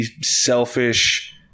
selfish